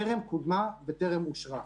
טרם קודמה וטרם אושרה.